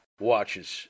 watches